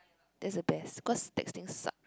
that's the best because texting sucks